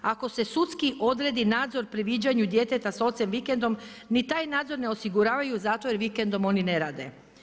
Ako se sudski odredi nadzor pri viđanju djeteta sa ocem vikendom, ni taj nadzor ne osiguravaju zato jer vikendom oni ne rade.